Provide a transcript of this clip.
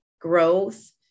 growth